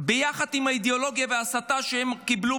ביחד עם האידיאולוגיה וההסתה שהם קיבלו